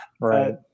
Right